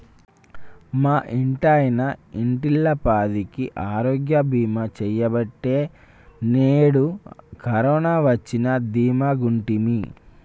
మా ఇంటాయన ఇంటిల్లపాదికి ఆరోగ్య బీమా సెయ్యబట్టే నేడు కరోన వచ్చినా దీమాగుంటిమి